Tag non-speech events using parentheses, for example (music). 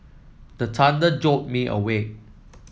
the (unintelligible) jolt me awake